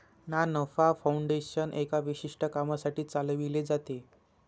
ना नफा फाउंडेशन एका विशिष्ट कामासाठी चालविले जाते